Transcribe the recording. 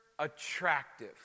Attractive